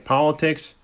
Politics